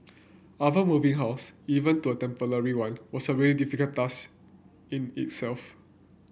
moving house even to a temporary one was a really difficult task in itself